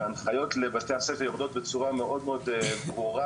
והנחיות לבתי הספר יורדות בצורה מאד מאד ברורה.